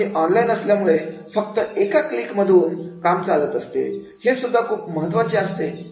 आणि हे ऑनलाइन असल्यामुळे फक्त एका क्लिक मधून काम चालत असते हे सुद्धा खूप खूप महत्त्वाचे आहे